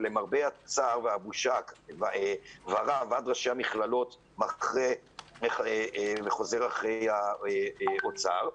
למרבה הצער והבושה ועד ראשי המכללות מחרה וחוזר אחרי האוצר.